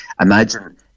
Imagine